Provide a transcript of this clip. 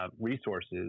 resources